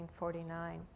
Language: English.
1949